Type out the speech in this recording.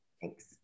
Thanks